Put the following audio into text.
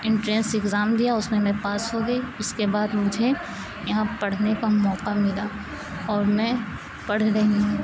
entrance exam دیا اس میں میں پاس ہو گئی اس کے بعد مجھے یہاں پڑھنے کا موقع ملا اور میں پڑھ رہی ہوں